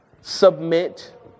submit